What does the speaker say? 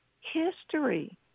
history